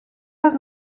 раз